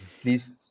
Please